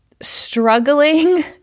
struggling